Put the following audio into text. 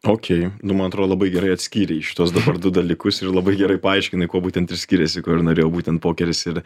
okei nu man atrodo labai gerai atskyrei šituos dabar du dalykus ir labai gerai paaiškinai kuo būtent ir skiriasi ko ir norėjau būtent pokeris ir